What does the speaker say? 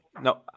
No